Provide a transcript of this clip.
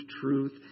truth